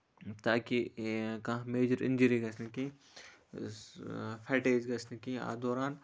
تاکہِ کہِ کانہہ میجَر اِنجِری گژھِ نہٕ کیٚنہہ یُس فیٹیگ گژھِ نہٕ کیٚنہہ اَتھ دوران